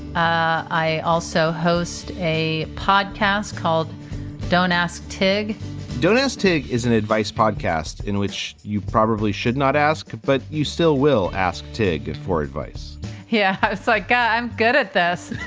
i also host a podcast called don't ask tig don't ask to is an advice podcast in which you probably should not ask, but you still will ask tig for advice yeah, it's like i'm good at this.